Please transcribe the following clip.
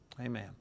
Amen